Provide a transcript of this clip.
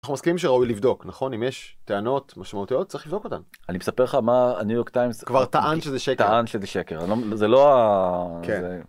אנחנו מסכימים שראוי לבדוק נכון אם יש טענות משמעותיות צריך לבדוק אותן אני מספר לך מה הניו-יורק טיימס כבר טען שזה שקר טען שזה שקר זה לא.